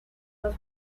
los